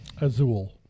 Azul